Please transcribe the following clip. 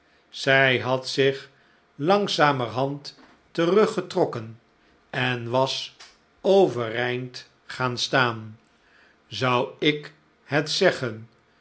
zij had zich langzamerhand teruggetrokken en was overeind gaan staan zou ik het zeggen